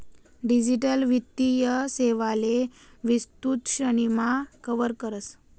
digital वित्तीय सेवांले विस्तृत श्रेणीमा कव्हर करस